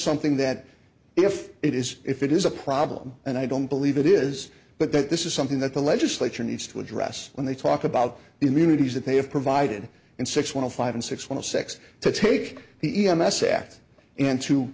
something that if it is if it is a problem and i don't believe it is but that this is something that the legislature needs to address when they talk about immunities that they have provided and six twenty five and six one of six to take the e m s act and to